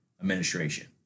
administration